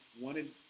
wanted